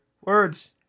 words